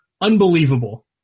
unbelievable